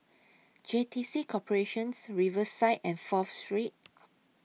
J T C Corporations Riverside and Fourth Street